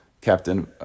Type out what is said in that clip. Captain